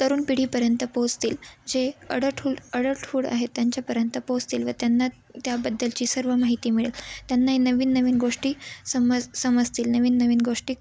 तरुण पिढीपर्यंत पोहोचतील जे अडटहू अडठहूड आहेत त्यांच्यापर्यंत पोहोचतील व त्यांना त्याबद्दलची सर्व माहिती मिळेल त्यांनाही नवीन नवीन गोष्टी समज समजतील नवीन नवीन गोष्टी